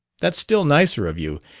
that's still nicer of you,